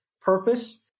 purpose